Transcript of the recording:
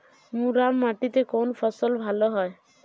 মুরাম মাটিতে কোন ফসল ভালো হয়?